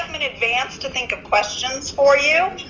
in advance to think of questions for you.